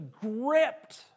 gripped